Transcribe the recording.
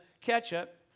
ketchup